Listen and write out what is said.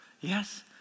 Yes